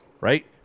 Right